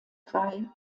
drei